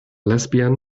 lesbian